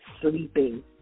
sleeping